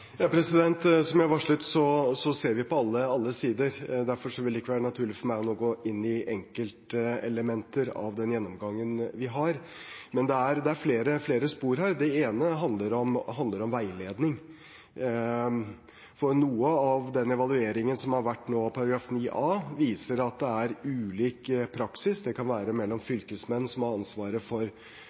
jeg har varslet, ser vi på alle sider. Derfor vil det ikke være naturlig for meg nå å gå inn i enkeltelementer av den gjennomgangen vi har. Men det er flere spor her. Det ene handler om veiledning. For noe av den evalueringen som har vært av § 9 a, viser at det er ulik praksis. Det kan være mellom fylkesmenn, som har ansvaret for